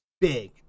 big